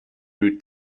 route